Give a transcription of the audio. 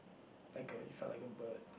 like a you felt like a bird